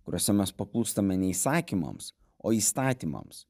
kuriose mes paklūstame ne įsakymams o įstatymams